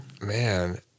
Man